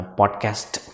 podcast